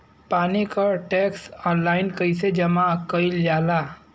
पानी क tax online कईसे जमा कईल जाला?